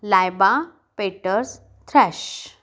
लायबा पेटर्स थ्रॅश